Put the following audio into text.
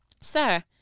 Sir